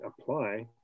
apply